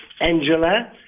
angela